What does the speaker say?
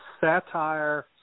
satire